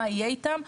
מה יהיה איתן.